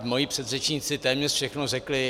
Mojí předřečníci téměř všechno řekli.